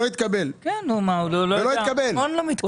המון לא מתקבלים.